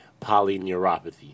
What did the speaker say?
polyneuropathy